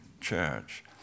church